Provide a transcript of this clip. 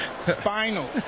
Spinal